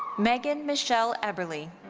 megan michelle eberle.